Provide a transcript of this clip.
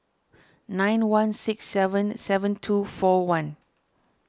nine one six seven seven two four one